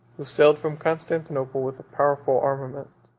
who sailed from constantinople with a powerful armament.